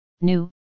new